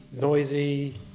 noisy